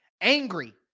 Angry